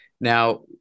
now